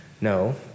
No